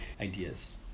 ideas